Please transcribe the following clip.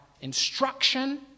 instruction